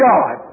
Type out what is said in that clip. God